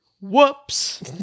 Whoops